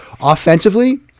Offensively